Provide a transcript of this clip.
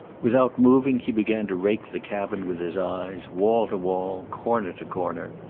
without moving he began to rake the cabin with his eyes, wall to wall, corner to corner.